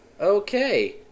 Okay